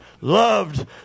loved